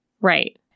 right